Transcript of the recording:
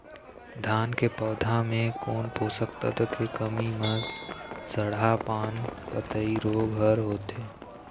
धान के पौधा मे कोन पोषक तत्व के कमी म सड़हा पान पतई रोग हर होथे?